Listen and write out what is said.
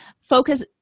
focus